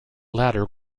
latter